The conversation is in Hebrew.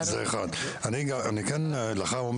אני כן אומר לך,